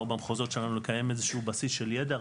במחוזות שלנו לקיים איזשהו בסיס של ידע.